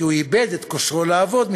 כי הוא איבד את כושרו לעבוד,